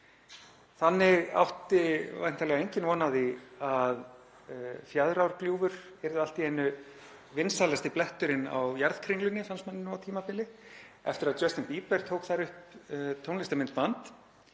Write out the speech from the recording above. væntanlega enginn von á því að Fjaðrárgljúfur yrði allt í einu vinsælasti bletturinn á jarðkringlunni, fannst manni, á tímabili eftir að Justin Bieber tók þar upp tónlistarmyndband.